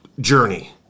journey